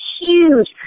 huge